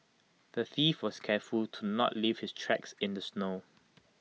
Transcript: the thief was careful to not leave his tracks in the snow